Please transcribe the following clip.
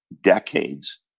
decades